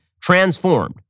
transformed